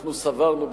אנחנו סברנו,